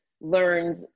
learned